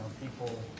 people